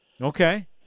Okay